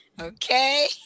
okay